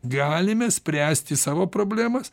galime spręsti savo problemas